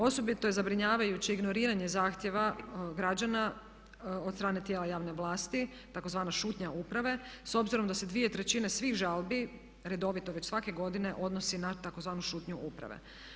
Osobito je zabrinjavajuće ignoriranje zahtjeva građana od strane tijela javne vlasti, tzv. šutnja uprave, s obzirom da se 2/3 svih žalbi redovito već svake godine odnosi na tzv. šutnju uprave.